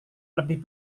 lebih